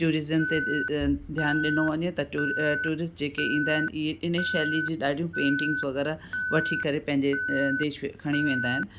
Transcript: tourism ते ध्यानु ॾिनो वञे त टूर टूरिस्ट जेके ईंदा आहिनि इअं हिन शैलीअ जे ॾाढियूं पेंटिंग्स वग़ैरह वठी करे पंहिंजे देश खणी वेंदा आहिनि